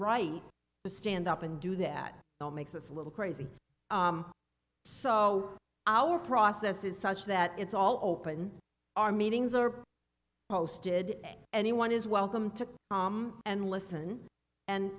right to stand up and do that makes us a little crazy so our process is such that it's all open our meetings are posted anyone is welcome to and listen and